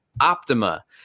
Optima